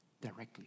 directly